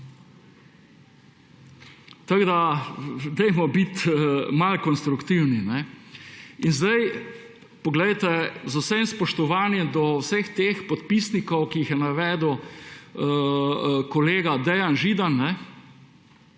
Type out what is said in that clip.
Dajmo biti malo konstruktivni. Z vsem spoštovanjem do vseh teh podpisnikov, ki jih je navedel kolega Dejan Židan,